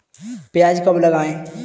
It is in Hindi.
प्याज कब लगाएँ?